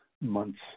months